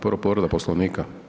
Prvo povreda Poslovnika.